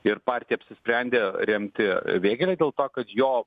ir partija apsisprendė remti vėgėlę dėl to kad jo